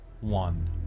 one